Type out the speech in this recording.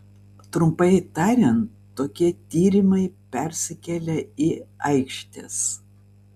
trumpai tariant tokie tyrimai persikelia į aikštes